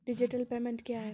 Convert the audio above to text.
Digital payment क्या हैं?